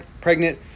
pregnant